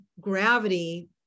gravity